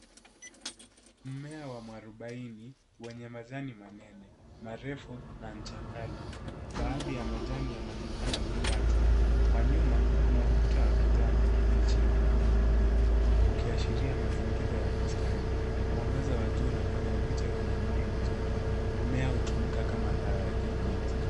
Mmea wa muarobaini mwenye majani manene, marefu na ncha kali. Baadhi ya majani yanaonekana kukatwa. Kwa nyuma kuna ukuta wa kijani kibichi wa mimea mingine, ukiashiria mazingira ya bustani. Mwangaza wa juu unafanya picha iwe na nuru nzuri. Mmea hutumika kama dawa ya kienyeji.